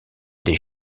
des